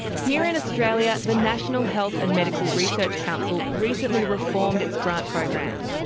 here in australia, the national health and medical research council recently reformed its grant program.